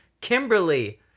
Kimberly